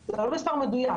זה לא מספר מדויק,